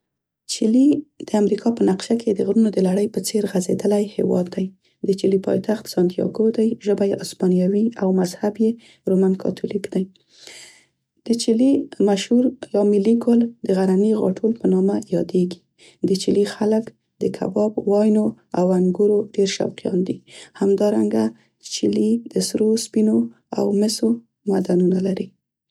چیلي د امریکا په نقشه کې د غرونو د لړۍ په څير غزیدلی هیواد دی. د چیلي پایتخت سانتیاګو دی، ژبه یې اسپانیوي او مذهب یې رومن کاتولیک دی. د چیلي مشهور یا ملي ګل د غرني غاټول په نامه یادیږي. د چیلي خلک د کباب، واینو او انګورو ډير شوقیان دي. همدارنګه چیلي د سرو، سپینو او مسو معدنونه لري.